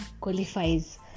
qualifies